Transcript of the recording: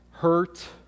Hurt